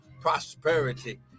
prosperity